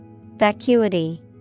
Vacuity